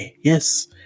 Yes